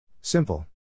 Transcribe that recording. Simple